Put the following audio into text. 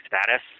status